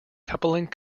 coupling